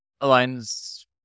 aligns